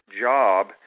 job